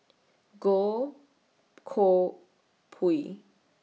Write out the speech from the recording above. Goh Koh Pui